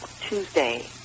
Tuesday